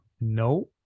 no